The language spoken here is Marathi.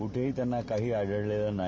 कुठेही त्यांना काहीही आढळं नाही